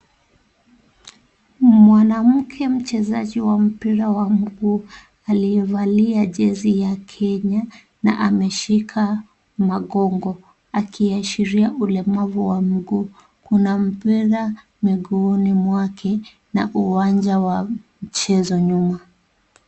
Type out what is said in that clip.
Mwanamke mchezaji wa mpira wa miguu, aliyevalia jezi ya kenya, na ameshika magongo. Akiashiria ulemavu wa muguu. Kuna mpira miguuni mwake na uwanja wa mchezo nyuma.